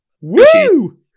woo